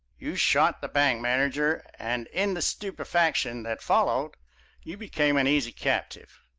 you shot the bank manager and in the stupefaction that followed you became an easy captive.